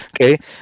okay